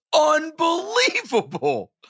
unbelievable